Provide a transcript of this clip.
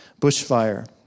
bushfire